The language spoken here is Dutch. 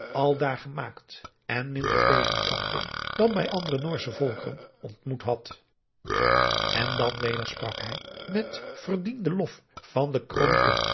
prediking aldaar gemaakt en minder tegenkanting dan bij andere noordsche volkeren ontmoet had dan weder sprak hij met verdienden lof van de